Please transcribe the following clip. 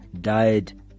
died